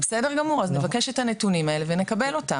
בסדר גמור, נבקש את הנתונים האלה ונקבל אותם.